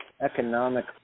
economic